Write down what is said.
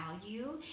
value